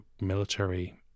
military